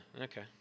Okay